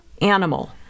animal